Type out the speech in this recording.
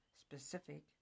specific